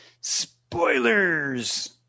Spoilers